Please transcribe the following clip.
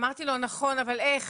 אמרתי לו: נכון, אבל איך?